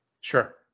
Sure